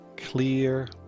clear